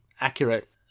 accurate